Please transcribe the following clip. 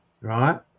right